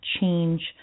change